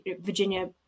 Virginia